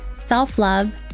self-love